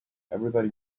everybody